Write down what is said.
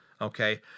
Okay